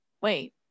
Wait